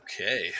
Okay